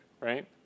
right